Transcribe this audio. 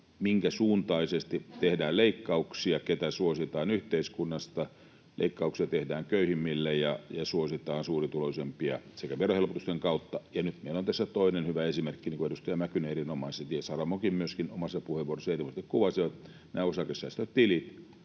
minkä suuntaisesti tehdään leikkauksia, ketä suositaan yhteiskunnassa. Leikkauksia tehdään köyhimmille ja suositaan suurituloisimpia verohelpotusten kautta, ja nyt meillä on tässä toinen hyvä esimerkki, niin kuin edustaja Mäkynen ja myöskin Saramo omassa puheenvuorossaan erinomaisesti kuvasivat, nämä osakesäästötilit,